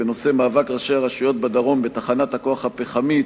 כי ההצעה לסדר-היום בנושא: מאבק ראשי הרשויות בדרום בתחנת הכוח הפחמית,